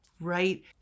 right